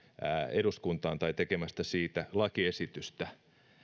eduskuntaan tai tekemästä siitä lakiesitystä